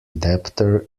debtor